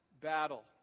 battle